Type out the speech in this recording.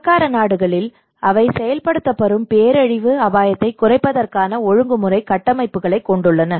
பணக்கார நாடுகளில் அவை செயல்படுத்தப்படும் பேரழிவு அபாயத்தைக் குறைப்பதற்கான ஒழுங்குமுறை கட்டமைப்புகளைக் கொண்டுள்ளன